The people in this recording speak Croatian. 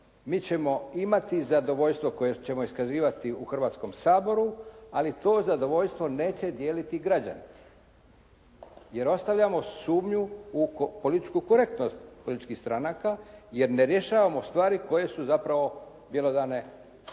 mi ćemo imati zadovoljstvo koje ćemo iskazivati u Hrvatskom saboru, ali to zadovoljstvo neće dijeliti građani jer ostavljamo sumnju u političku korektnost političkih stranaka jer ne rješavamo stvari koje su zapravo bjelodane za